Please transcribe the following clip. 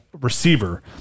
receiver